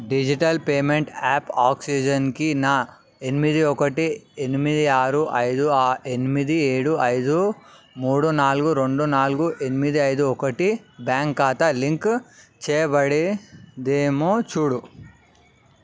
digital payment app ఆక్సిజెన్కి నా ఎనిమిది ఒకటి ఎనిమిది ఆరు ఐదు ఆరు ఎనిమిది ఏడు ఐదు మూడు నాలుగు రెండు నాలుగు ఎనిమిది ఐదు ఒకటి రెండు బ్యాంక్ ఖాతా లింకు చేయబడిందేమో చూడు